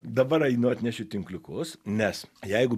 dabar einu atnešiu tinkliukus nes jeigu